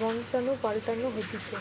বংশাণু পাল্টানো হতিছে